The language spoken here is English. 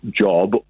job